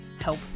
help